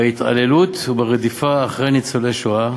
בהתעללות וברדיפה אחרי ניצולי שואה